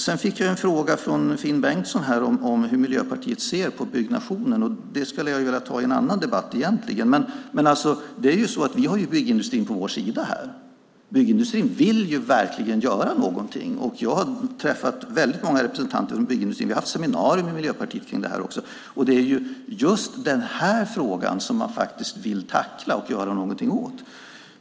Jag fick en fråga från Finn Bengtsson om hur Miljöpartiet ser på byggnationen. Det skulle jag egentligen vilja ta upp i en annan debatt. Men vi har byggindustrin på vår sida i detta sammanhang. Byggindustrin vill verkligen göra någonting. Jag har träffat väldigt många representanter från byggindustrin, och vi har haft seminarier med Miljöpartiet om detta. Det är just denna fråga som man vill tackla och göra någonting åt.